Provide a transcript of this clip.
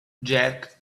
jack